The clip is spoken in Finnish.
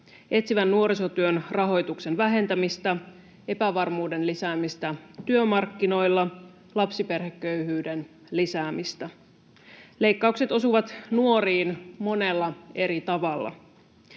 etsivän nuorisotyön rahoituksen vähentämistä, epävarmuuden lisäämistä työmarkkinoilla, lapsiperheköyhyyden lisäämistä. Leikkaukset osuvat nuoriin monella eri tavalla.